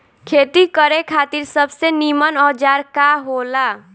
खेती करे खातिर सबसे नीमन औजार का हो ला?